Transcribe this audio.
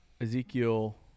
Ezekiel